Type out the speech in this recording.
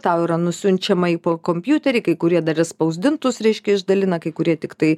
tau yra nusiunčiama į kompiuterį kai kurie dar ir spausdintus reiškia išdalina kai kurie tiktai